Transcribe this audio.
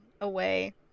away